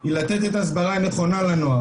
היא לתת את ההסברה הנכונה לנוער,